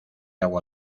agua